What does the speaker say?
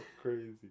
crazy